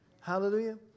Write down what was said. Hallelujah